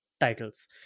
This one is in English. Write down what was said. titles